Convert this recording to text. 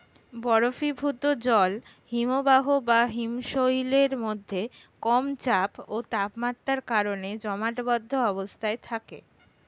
বরফীভূত জল হিমবাহ বা হিমশৈলের মধ্যে কম চাপ ও তাপমাত্রার কারণে জমাটবদ্ধ অবস্থায় থাকে